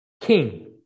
king